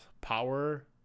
power